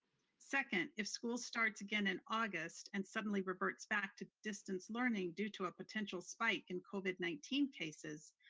second, if school starts again in august, and suddenly reverts back to distance learning due to a potential spike in covid nineteen cases,